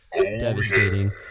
Devastating